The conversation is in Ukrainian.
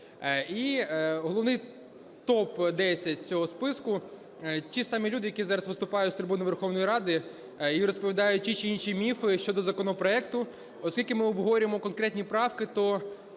І головний топ-10 цього списку - ті ж самі люди, які зараз виступають з трибуни Верховної Ради і розповідають ті чи інші міфи щодо законопроекту. Оскільки ми обговорюємо конкретні правки, то